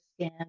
skin